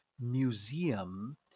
museum